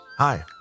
Hi